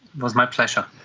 was my pleasure.